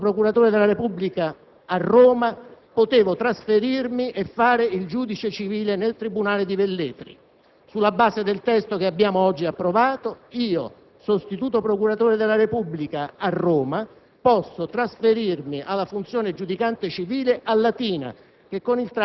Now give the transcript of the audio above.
Vorrei che fosse chiaro ai colleghi e all'opinione pubblica, cui spiegheremo il senso di questa acquisizione. Sulla base del testo precedente, io, sostituto procuratore della Repubblica a Roma, potevo trasferirmi e fare il giudice civile del tribunale di Velletri.